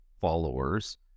followers